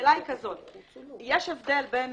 השאלה היא כזאת: יש הבדל בין